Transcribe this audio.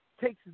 takes